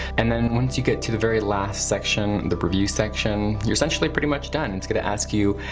and then once you get to the very last section, the review section, you're essentially pretty much done. it's gonna ask you,